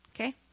Okay